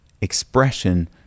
expression